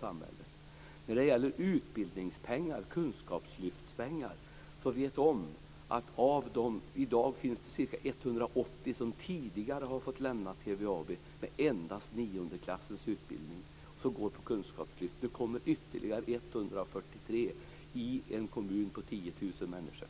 Sedan till kunskapslyftspengarna. I dag finns det ca 180 som tidigare fått lämnat TVAB med endast nioårig utbildning och som nu går på kunskapslyftet. Det kommer ytterligare 143 i en kommun på 10 000 människor.